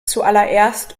zuallererst